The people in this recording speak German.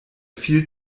viel